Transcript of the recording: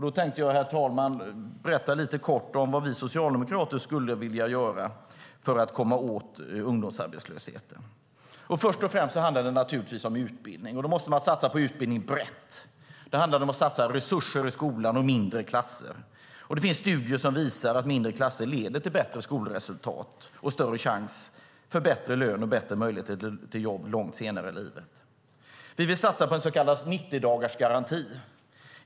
Då tänkte jag, herr talman, berätta lite kort om vad vi socialdemokrater skulle vilja göra för att komma åt ungdomsarbetslösheten. Först och främst handlar det naturligtvis om utbildning. Då måste man satsa brett. Då handlar det om att satsa resurser i skolan på mindre klasser. Det finns studier som visar att mindre klasser leder till bättre skolresultat och större chans till bättre lön och bättre möjligheter till jobb långt senare i livet. Vi vill satsa på en så kallad 90-dagarsgaranti.